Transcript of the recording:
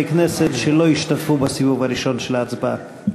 הכנסת שלא השתתפו בסיבוב הראשון של ההצבעה.